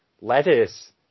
lettuce